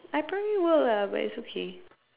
I probably will ah but it's okay